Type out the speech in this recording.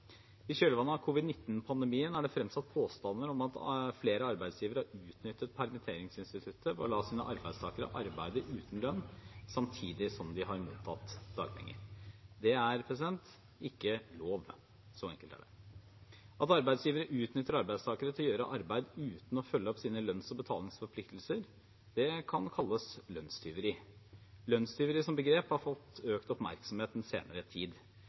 I kjølvannet av covid-19-pandemien er det fremsatt påstander om at flere arbeidsgivere har utnyttet permitteringsinstituttet ved å la sine arbeidstakere arbeide uten lønn samtidig som de har mottatt dagpenger. Det er ikke lov – så enkelt er det. At arbeidsgivere utnytter arbeidstakere til å gjøre arbeid uten å følge opp sine lønns- og betalingsforpliktelser, kan kalles lønnstyveri. Lønnstyveri som begrep har fått økt oppmerksomhet den senere tid.